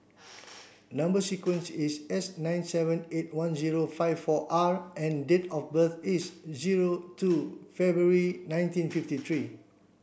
number sequence is S nine seven eight one zero five four R and date of birth is zero two February nineteen fifty three